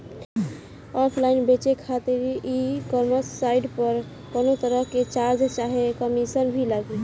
Online बेचे खातिर e commerce site पर कौनोतरह के चार्ज चाहे कमीशन भी लागी?